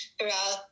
throughout